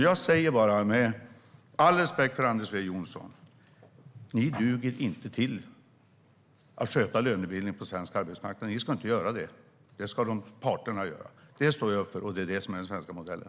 Jag säger bara, med all respekt för Anders W Jonsson: Ni duger inte till att sköta lönebildning på svensk arbetsmarknad. Ni ska inte göra det. Det ska parterna göra. Det står jag upp för, och det är det som är den svenska modellen.